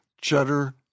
cheddar